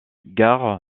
gare